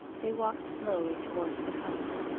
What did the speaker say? they walked slowly towards the house.